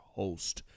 host